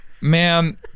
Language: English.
Man